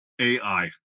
AI